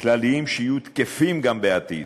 כלליים שיהיו תקפים גם בעתיד.